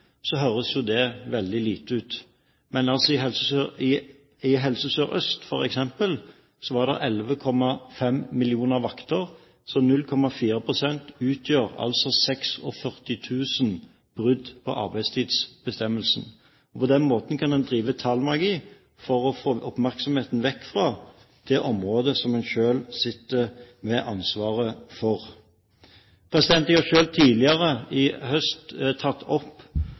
så 0,4 pst. utgjør altså 46 000 brudd på arbeidstidsbestemmelsene. På den måten kan en drive tallmagi for å få oppmerksomheten vekk fra det området som en selv sitter med ansvaret for. Jeg har selv, tidligere i høst, tatt opp